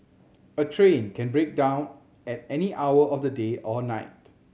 a train can break down at any hour of the day or night